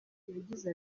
yagize